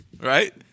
right